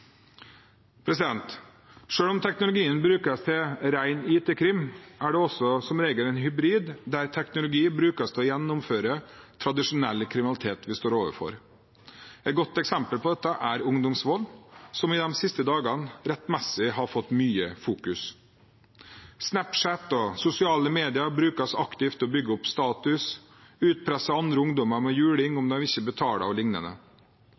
om teknologien brukes til ren IT-krim, er det også som regel en hybrid der teknologi brukes til å gjennomføre tradisjonell kriminalitet, vi står overfor. Et godt eksempel på dette er ungdomsvold, som i de siste dagene rettmessig har fått mye fokus. Snapchat og sosiale medier brukes aktivt til å bygge opp status, utpresse andre ungdommer med juling om de ikke betaler, og lignende.